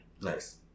Nice